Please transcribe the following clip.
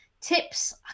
tips